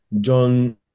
John